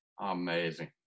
Amazing